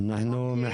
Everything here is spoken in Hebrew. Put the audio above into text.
דניאלה?